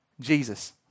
Jesus